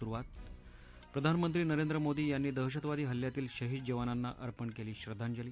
सुरुवात प्रधानमंत्री नरेंद्र मोदी यांनी दहशतवादी हल्ल्यातील शहीद जवानांना अर्पण केली श्रध्दांजली